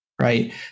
right